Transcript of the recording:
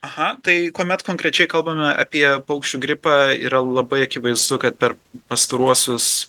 aha tai kuomet konkrečiai kalbame apie paukščių gripą yra labai akivaizdu kad per pastaruosius